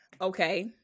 Okay